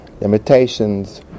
limitations